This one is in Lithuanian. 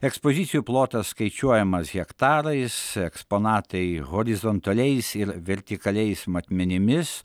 ekspozicijų plotas skaičiuojamas hektarais eksponatai horizontaliais ir vertikaliais matmenimis